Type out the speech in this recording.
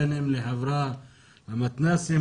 בין אם לחברה למתנ"סים,